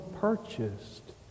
purchased